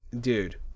dude